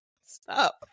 Stop